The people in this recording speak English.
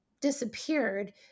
disappeared